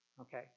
Okay